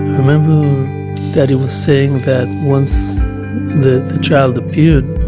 remember daddy was saying that once the child appeared,